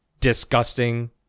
disgusting